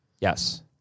yes